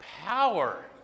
Power